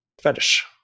fetish